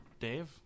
Dave